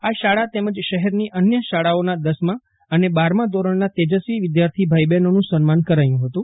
આ શાળા તેમજ શહેરની અન્ય શાળાઓના દશમાં અને બારમાં ઘોરણના તેજસ્વી વિદ્યાર્થી ભાઈ બહેનોનું સન્માન કરાયું ફતું